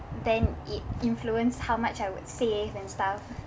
then it influence how much I would save and stuff